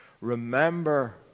Remember